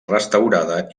restaurada